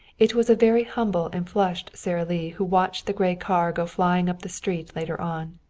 it was a very humble and flushed sara lee who watched the gray car go flying up the street later on.